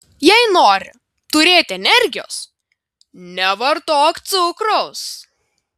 jei nori turėti energijos nevartok cukraus